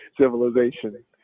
civilization